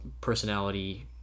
personality